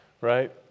right